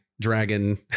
Dragon